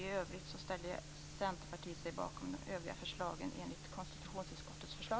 I övrigt ställer sig Centerpartiet bakom konstitutionsutskottets förslag.